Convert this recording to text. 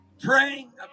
Praying